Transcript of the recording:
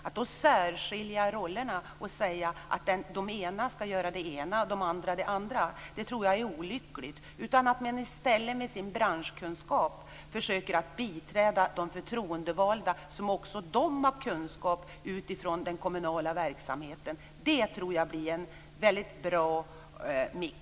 Att då särskilja rollerna och säga att den ena gruppen skall göra det ena och den andra det andra tror jag är olyckligt. I stället skall man med sin branschkunskap försöka att biträda de förtroendevalda, som också de har kunskap utifrån den kommunala verksamheten. Det tror jag blir en väldigt bra mix.